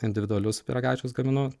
individualius pyragaičius gaminu